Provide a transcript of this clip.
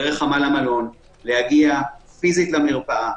להגיע פיזית למרפאה,